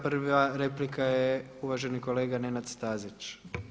Prva replika je uvaženi kolega Nenad Stazić.